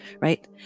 right